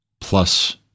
plus